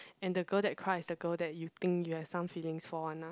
and the girl that cried is the girl that you think you have some feelings for one lah